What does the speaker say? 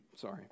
Sorry